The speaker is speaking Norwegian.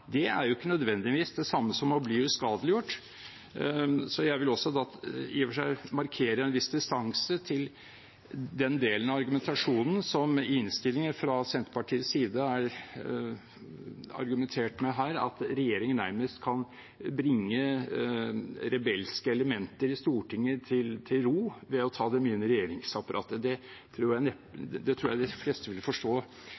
Det er ikke nødvendigvis det samme som å bli uskadeliggjort. Så jeg vil i og for seg markere en viss distanse til den delen av innstillingen der det fra Senterpartiets side er argumentert med at regjeringen nærmest kan bringe rebelske elementer i Stortinget til ro ved å ta dem inn i regjeringsapparatet. Det tror jeg